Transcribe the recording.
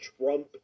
Trump